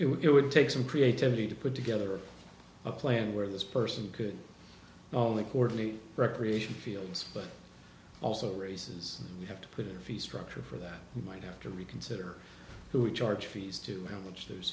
but it would take some creativity to put together a plan where this person could only coordinate recreation fields but also raises we have to put in a fee structure for that we might have to reconsider who we charge fees to which th